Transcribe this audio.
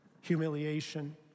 humiliation